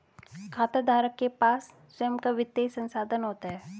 खाताधारक के पास स्वंय का वित्तीय संसाधन होता है